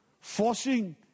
forcing